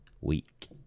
week